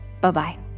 bye-bye